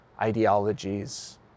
ideologies